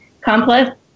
complex